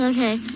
Okay